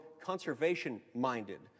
conservation-minded